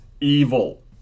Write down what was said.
evil